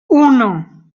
uno